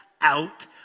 out